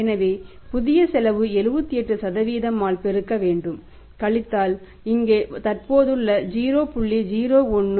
எனவே புதியசெலவு 78 ஆல் பெருக்க வேண்டும் கழித்தல் இங்கே தற்போதுள்ள 0